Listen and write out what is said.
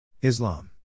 Islam